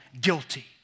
guilty